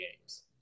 games